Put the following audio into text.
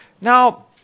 Now